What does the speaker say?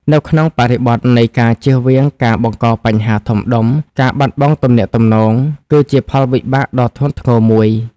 នៅក្នុងបរិបទនៃការជៀសវាងការបង្កបញ្ហាធំដុំ ការបាត់បង់ទំនាក់ទំនង គឺជាផលវិបាកដ៏ធ្ងន់ធ្ងរមួយ។